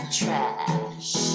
trash